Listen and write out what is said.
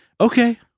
Okay